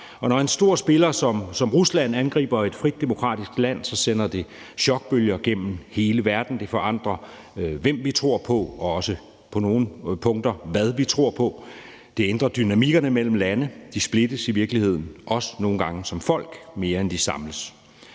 Og når en stor spiller som Rusland angriber et frit demokratisk land, sender det chokbølger gennem hele verden. Det forandrer, hvem vi tror på, og også på nogle punkter, hvad vi tror på. Det ændrer dynamikkerne mellem lande. De splittes også nogle gange som folk, mere end de samles.